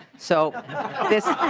so this